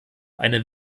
eine